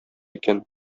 икән